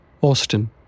Austin